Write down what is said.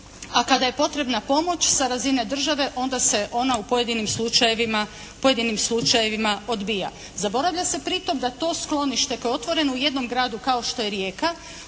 a kada je potrebna pomoć sa razine države onda se ona u pojedinim slučajevima odbija. Zaboravlja se pri tome da to sklonište koje je otvoreno u jednom gradu kao što je Rijeka